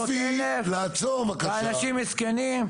300,000 ואנשים מסכנים?